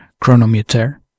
chronometer